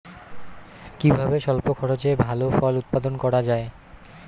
কিভাবে স্বল্প খরচে ভালো ফল উৎপাদন করা যায়?